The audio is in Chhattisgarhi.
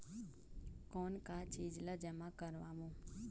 कौन का चीज ला जमा करवाओ?